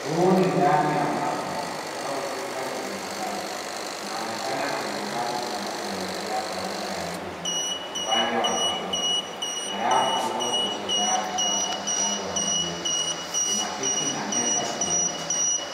Huu ni ndani ya maktaba au chumba chenye vitabu, inaonekana kuna ngazi zinazoelekea ghorofa ya juu upande wa kushoto na rafu kubwa zilizojaa vitabu upande wa kulia. Kuna viti na meza pia.